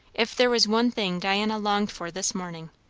if there was one thing diana longed for this morning,